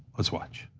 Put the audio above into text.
let's watch.